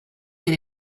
way